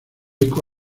eco